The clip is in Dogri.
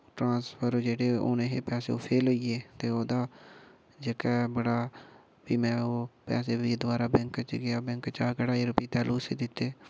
ट्रांसफर होने हे जेह्ड़े पैसे ओह् फेल होई गे ते ओह्दा जेह्का बड़ा फ्ही में ओह् पैसे बी द्वारा बैंक च गेआ बैंक च कढ़ाए फ्ही उस्सी दित्ते